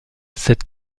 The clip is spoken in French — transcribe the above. cette